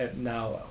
now